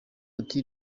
ati